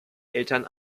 eltern